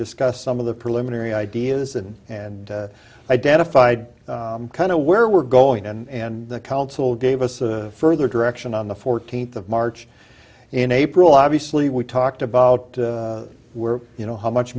discussed some of the preliminary ideas and and identified kind of where we're going and the council gave us a further direction on the fourteenth of march in april obviously we talked about were you know how much